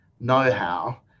know-how